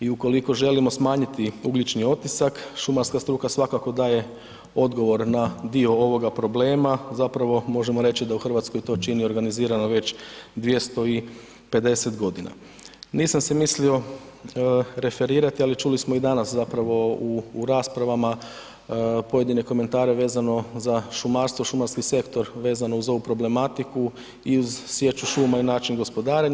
I ukoliko želimo smanjiti ugljični otisak, šumarska struka svakako daje odgovor na dio ovoga problema, zapravo možemo reći da u RH to čini organizirano već 250.g. Nisam se mislio referirati, ali čuli smo i danas zapravo u, u raspravama pojedine komentare vezano za šumarstvo, šumarski sektor vezano uz ovu problematiku i uz sječu šuma i način gospodarenja.